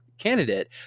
candidate